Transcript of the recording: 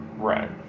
right